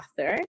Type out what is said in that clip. author